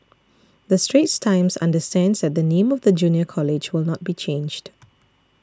the Straits Times understands that the name of the Junior College will not be changed